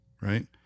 right